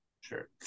Sure